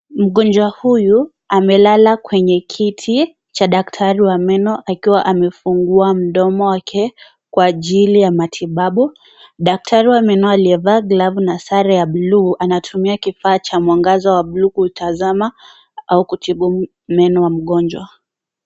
Mgonjwa huyu amelalal kwenye kiti cha daktari wa meno akiwa amefungua mdomo wake kwa ajili ya matibabu. Daktari wa meno aliyevaa glavu na sare ya buluu anatumia kifaa cha mwangaza wa buluu kutazama au kutibu meno ya mgonjwa.